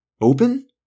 Open